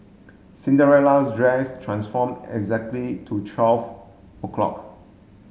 Cinderella's dress transform exactly to twelve o'clock